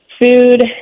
food